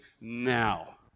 now